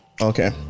okay